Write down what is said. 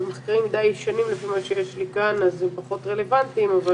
אבל המחקרים הם די ישנים לפי מה שיש לי כאן אז הם פחות רלוונטיים אבל